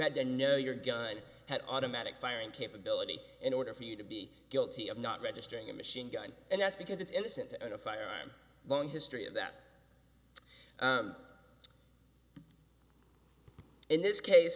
had to know your gun had automatic firing capability in order for you to be guilty of not registering a machine gun and that's because it's innocent and a long history of that in this case